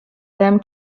them